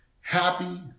happy